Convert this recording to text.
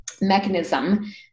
mechanism